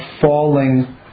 falling